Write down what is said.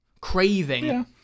craving